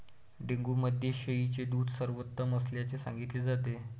dengue मध्ये शेळीचे दूध सर्वोत्तम असल्याचे सांगितले जाते